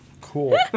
cool